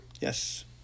yes